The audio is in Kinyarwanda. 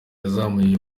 yazamuye